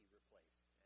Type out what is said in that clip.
replaced